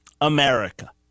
America